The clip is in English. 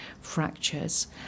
fractures